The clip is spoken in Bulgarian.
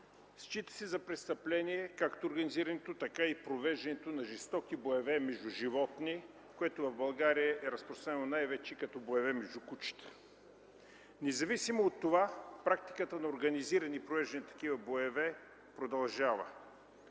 счита се за престъпление както организирането, така и провеждането на жестоки боеве между животни, което в България е разпространено най-вече като боеве между кучета. Независимо от това, практиката на организиране и провеждане на такива боеве продължава